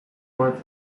wordt